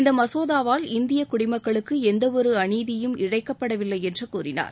இந்த மசோதாவால் இந்திய குடிமக்களுக்கு எந்தவொரு அநீதியும் இழைக்கப்படவில்லை என்று கூறினார்